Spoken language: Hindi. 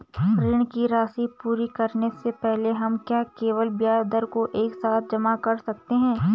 ऋण की राशि पूरी करने से पहले हम क्या केवल ब्याज दर को एक साथ जमा कर सकते हैं?